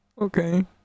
okay